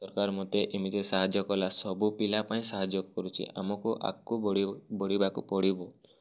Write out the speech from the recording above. ସରକାର୍ ମୋତେ ଏମିତି ସାହାଯ୍ୟ କଲା ସବୁ ପିଲା ପାଇଁ ସାହାଯ୍ୟ କରୁଛି ଆମକୁ ଆଗକୁ ବଢ଼ିବା ବଢ଼ିବାକୁ ପଡ଼ିବ